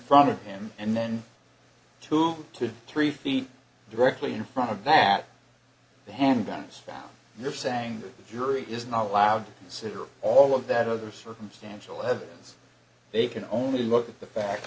front of him and then two to three feet directly in front of that the handgun is found you're saying that the jury is not allowed to sit or all of that other circumstantial evidence they can only look at the fact